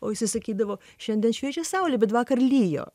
o jisai sakydavo šiandien šviečia saulė bet vakar lijo